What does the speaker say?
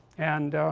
and